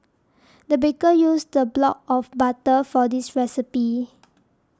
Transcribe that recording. the baker used a block of butter for this recipe